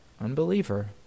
unbeliever